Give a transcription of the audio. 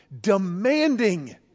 demanding